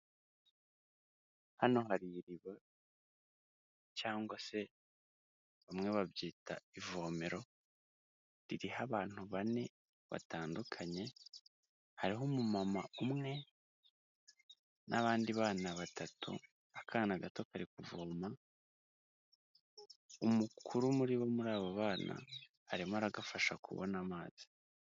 Hano hari iriba cyangwase bamwe babyita ivomero, ririho abantu bane batandukanye, hariho umumama umwe, n'abandi bana batatu, akana gato kari kuvoma, umukuru muri bo muri abo bana arimo aragafasha kubona amazi.